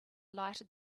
lighted